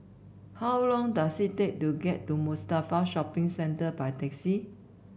how long does it take to get to Mustafa Shopping Centre by taxi